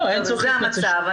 זה המצב.